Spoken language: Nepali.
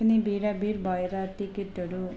पनि भिडाभिड भएर टिकटहरू